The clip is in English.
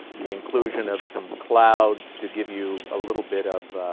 the inclusion of some clouds to give you a little bit of